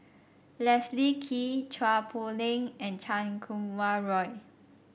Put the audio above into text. Leslie Kee Chua Poh Leng and Chan Kum Wah Roy